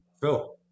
Phil